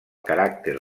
caràcter